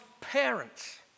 parents